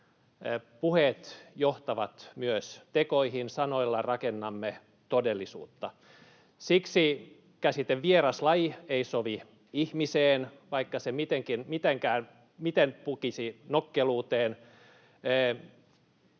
Puheet johtavat myös tekoihin. Sanoilla rakennamme todellisuutta. Siksi käsite ”vieraslaji” ei sovi ihmiseen, vaikka sen miten pukisi nokkeluuteen.